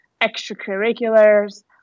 extracurriculars